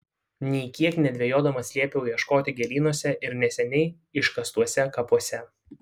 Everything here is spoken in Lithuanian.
nė kiek nedvejodamas liepiau ieškoti gėlynuose ir neseniai iškastuose kapuose